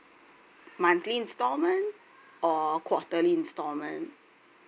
monthly instalment or quarterly instalment